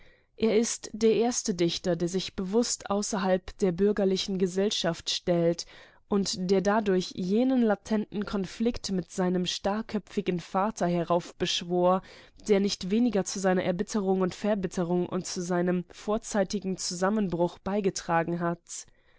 er ist der erste dichter der sich bewußt außerhalb der bürgerlichen gesellschaft stellt und der dadurch jenen latenten konflikt mit seinem starrköpfigen vater heraufbeschwor der nicht wenig zu seiner erbitterung und verbitterung und zu seinem vorzeitigen zusammenbruch beigetragen hat